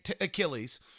Achilles